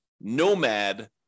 nomad